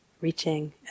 reaching